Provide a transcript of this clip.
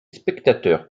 spectateurs